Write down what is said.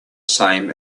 same